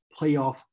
playoff